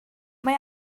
mae